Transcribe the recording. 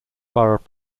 borough